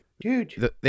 Dude